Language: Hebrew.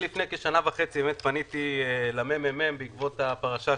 לפני כשנה וחצי פניתי ל-ממ"מ בעקבות פרשת